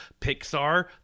Pixar